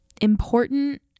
Important